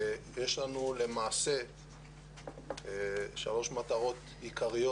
למעשה יש לנו שלוש מטרות עיקריות.